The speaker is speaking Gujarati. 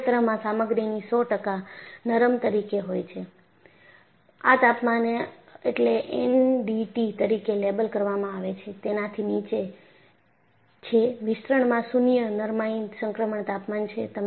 આ ક્ષેત્રમાં સામગ્રીએ 100 ટકા નરમ તરીકે હોય છે આ તાપમાન એટલે એનડીટી તરીકે લેબલ કરવામાં આવે છે તેનાથી નીચે છે વિસ્તરણમાં શૂન્ય નરમાઇ સંક્રમણ તાપમાન છે